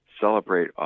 celebrate